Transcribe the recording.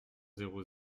zéro